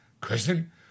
Kristen